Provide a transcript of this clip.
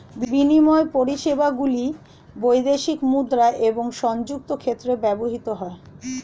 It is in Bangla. বিনিময় পরিষেবাগুলি বৈদেশিক মুদ্রা এবং সংযুক্ত ক্ষেত্রে ব্যবহৃত হয়